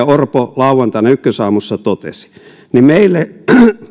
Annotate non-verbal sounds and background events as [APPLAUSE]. [UNINTELLIGIBLE] orpo lauantaina ykkösaamussa totesi meille